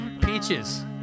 peaches